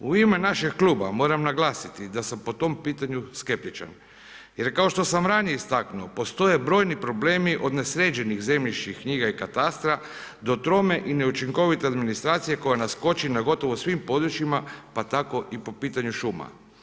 U ime našeg kluba moram naglasiti da sam po tom pitanju skeptičan jer kao što sam ranije istaknuo postoje brojni problemi od nesređenih zemljišnih knjiga i katastra do trome i neučinkovite administracije koja nas koči na gotovo svim područjima pa tako i po pitanju šuma.